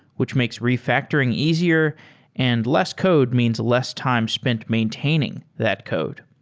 which makes refactoring easier and less code means less time spent maintaining that code.